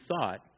thought